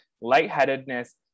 lightheadedness